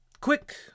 Quick